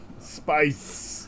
Spice